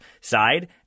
side